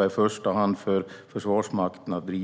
det i första hand en fråga för Försvarsmakten att driva.